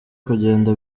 kugenda